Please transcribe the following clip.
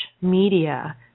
media